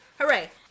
Hooray